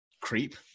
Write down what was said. Creep